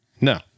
No